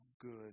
good